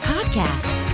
Podcast